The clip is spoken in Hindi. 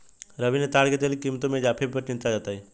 रवि ने ताड़ के तेल की कीमतों में हुए इजाफे पर चिंता जताई